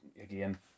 Again